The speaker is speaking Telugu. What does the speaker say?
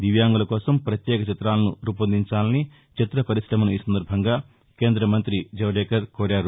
దివ్యాంగుల కోసం పత్యేక చిత్రాలను రూపొందించాలని చిత్ర పరిశమను ఈ సందర్బంగా కేంద్రమంత్రి ప్రకాశ్ జవదేకర్ కోరారు